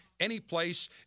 Anyplace